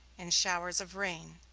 in showers of rain,